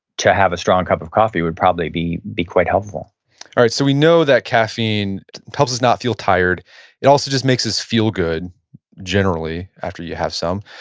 to have a strong cup of coffee would probably be be quite helpful alright, so we know that caffeine helps us not feel tired it also just makes us feel good generally, after you have some.